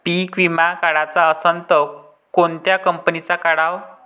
पीक विमा काढाचा असन त कोनत्या कंपनीचा काढाव?